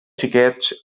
xiquets